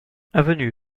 avenue